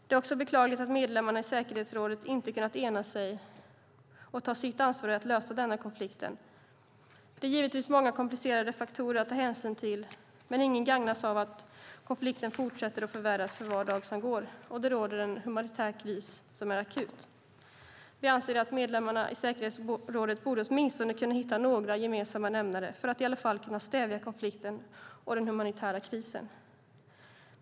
Det är också beklagligt att medlemmarna i säkerhetsrådet inte har kunnat enas och ta sitt ansvar i att lösa denna konflikt. Det är många komplicerade faktorer att ta hänsyn till, men ingen gagnas av att konflikten fortsätter och förvärras för var dag. Det råder en humanitär kris som är akut. Vi anser att medlemmarna i säkerhetsrådet åtminstone borde kunna hitta några gemensamma nämnare för att i alla fall kunna stävja konflikten och den humanitära krisen.